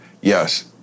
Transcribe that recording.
yes